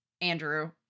Andrew